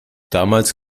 damals